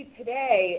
today